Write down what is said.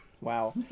Wow